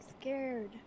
scared